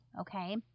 Okay